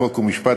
חוק ומשפט,